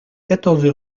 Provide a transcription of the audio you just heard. quatorze